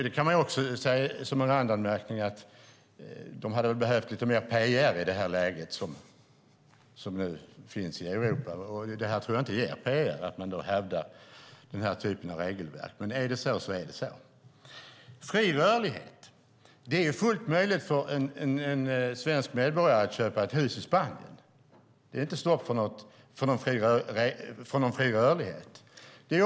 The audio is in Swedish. Det kan sägas som en randanmärkning att de hade behövt lite mer pr i det här läget i Europa, men jag tror inte att det är bra pr att hävda den här typen av regelverk. Men är det så är det så. Beträffande fri rörlighet är det fullt möjligt för en svensk medborgare att köpa ett hus i Spanien. Det är inte något stopp för fri rörlighet.